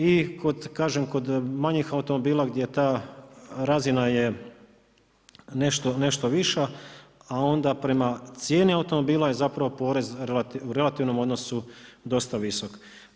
I kažem kod manjih automobila gdje ta razina je nešto viša, a onda prema cijeni automobila je zapravo u relativnom odnosu dosta visok.